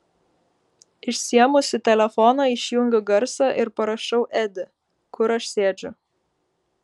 išsiėmusi telefoną išjungiu garsą ir parašau edi kur aš sėdžiu